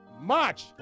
March